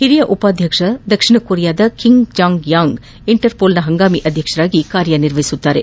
ಹಿರಿಯ ಉಪಾಧ್ಯಕ್ಷ ದಕ್ಷಿಣ ಕೊರಿಯಾದ ಕಿಂಗ್ ಜಾಂಗ್ ಯಾಂಗ್ ಇಂಟರ್ಪೋಲ್ನ ಹಂಗಾಮಿ ಅಧ್ಯಕ್ಷರಾಗಿ ಕಾರ್ಯನಿರ್ವಹಿಸಲಿದ್ದಾರೆ